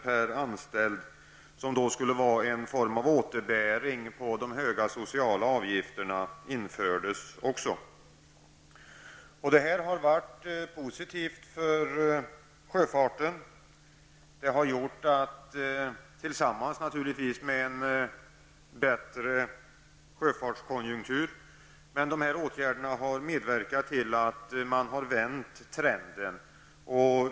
per anställd, som skulle utgöra en form av återbäring på de höga sociala avgifterna. Detta har varit positivt för sjöfarten. Tillsammans med en bättre sjöfartskonjunktur har dessa åtgärder bidragit till att trenden har vänts.